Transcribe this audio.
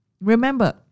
Remember